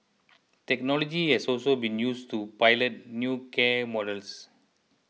technology has also been used to pilot new care models